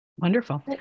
Wonderful